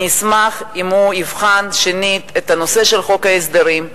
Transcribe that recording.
אני אשמח אם הוא יבחן שנית את הנושא של חוק ההסדרים,